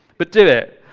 but do it.